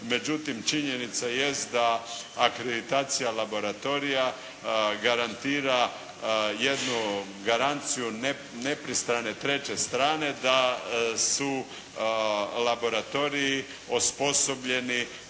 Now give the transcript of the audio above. Međutim, činjenica jest da akreditacija laboratorija garantira jednu garanciju nepristrane treće strane, da su laboratoriji osposobljeni